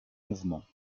mouvement